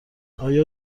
آیا